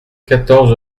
quatorze